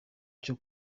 cyo